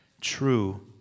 true